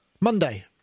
Monday